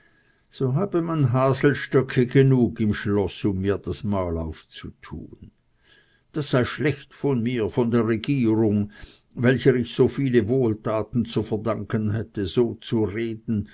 so habe man haselstöcke genug im schloß um mir das maul aufzutun das sei schlecht von mir von der regierung welcher ich so viele wohltaten zu verdanken hätte so zu reden